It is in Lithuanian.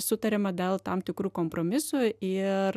sutariama dėl tam tikrų kompromisų ir